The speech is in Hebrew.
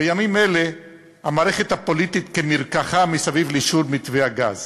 בימים אלה המערכת הפוליטית כמרקחה מסביב לאישור מתווה הגז.